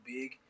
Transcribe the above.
big